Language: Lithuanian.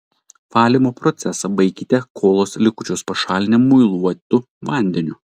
valymo procesą baikite kolos likučius pašalinę muiluotu vandeniu